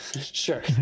Sure